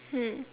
mm